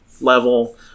level